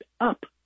up